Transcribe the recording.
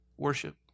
Worship